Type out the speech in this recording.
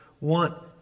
want